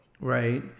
right